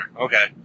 Okay